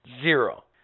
Zero